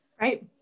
Right